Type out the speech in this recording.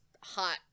hot